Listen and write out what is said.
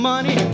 Money